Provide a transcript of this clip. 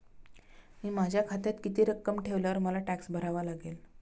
मी माझ्या खात्यात किती रक्कम ठेवल्यावर मला टॅक्स भरावा लागेल?